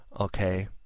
okay